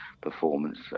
performance